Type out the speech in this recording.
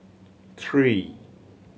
three